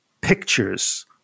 pictures